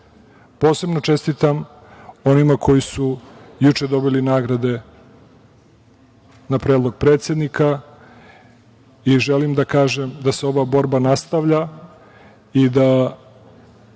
čestitam onima koji su juče dobili nagrade na predlog predsednika i želim da kažem da se ova borba nastavlja i da